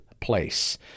Place